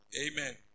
Amen